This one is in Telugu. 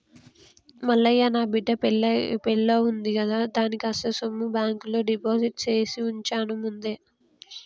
మల్లయ్య నా బిడ్డ పెల్లివుంది కదా అని కాస్త సొమ్ము బాంకులో డిపాజిట్ చేసివుంచాను ముందే